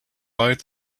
bite